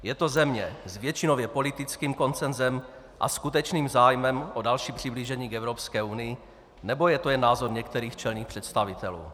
Je to země s většinově politickým konsensem a skutečným zájmem o další přiblížení k Evropské unii, nebo je to jen názor některých čelných představitelů?